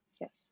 Yes